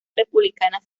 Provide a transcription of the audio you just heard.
republicanas